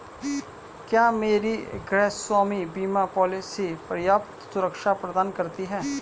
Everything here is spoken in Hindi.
क्या मेरी गृहस्वामी बीमा पॉलिसी पर्याप्त सुरक्षा प्रदान करती है?